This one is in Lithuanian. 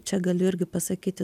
čia galiu irgi pasakyti